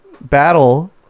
battle